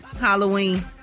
Halloween